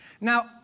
Now